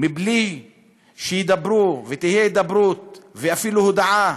בלי שידברו, שתהיה הידברות, ואפילו הודעה